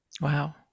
Wow